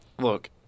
Look